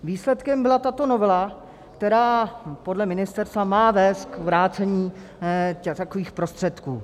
Výsledkem byla tato novela, která podle ministerstva má vést k vrácení takových prostředků.